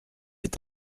est